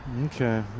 Okay